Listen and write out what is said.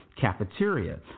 cafeteria